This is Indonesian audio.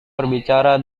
berbicara